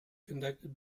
conducted